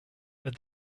that